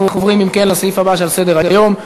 אנחנו עוברים לסעיף הבא שעל סדר-היום: